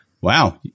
Wow